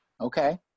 Okay